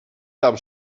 tam